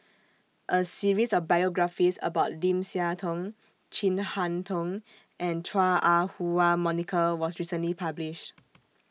A series of biographies about Lim Siah Tong Chin Harn Tong and Chua Ah Huwa Monica was recently published